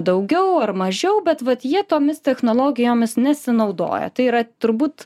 daugiau ar mažiau bet vat jie tomis technologijomis nesinaudoja tai yra turbūt